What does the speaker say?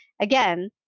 Again